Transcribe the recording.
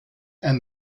and